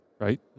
right